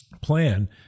plan